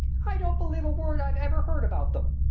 i don't believe a word i've ever heard about them.